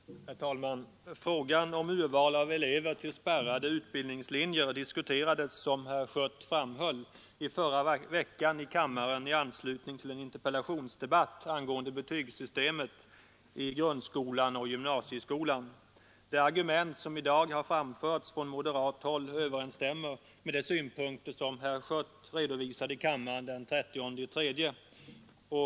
Herr talman! Frågan om urval av elever till spärrade utbildningslinjer diskuterades, som herr Schött framhöll, i förra veckan i kammaren i anslutning till en interpellationsdebatt angående betygssystemet i grundskolan och gymnasieskolan. De argument som i dag har framförts från moderat håll överensstämmer med de synpunkter som herr Schött redovisade i kammaren den 30 mars.